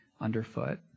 underfoot